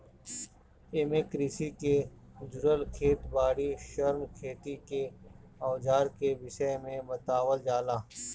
एमे कृषि के जुड़ल खेत बारी, श्रम, खेती के अवजार के विषय में बतावल जाला